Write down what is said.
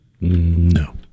No